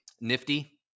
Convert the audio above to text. Nifty